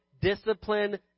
Discipline